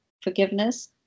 Forgiveness